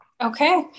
Okay